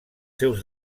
seus